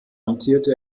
amtierte